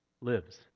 lives